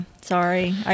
Sorry